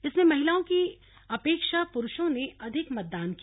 इसमें महिलाओं की अपेक्षा पुरूषों ने अधिक मतदान किया